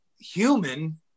human